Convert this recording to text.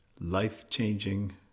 life-changing